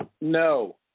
No